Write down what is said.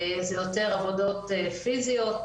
זה יותר עבודות פיזיות,